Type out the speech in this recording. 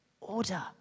Order